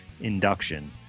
induction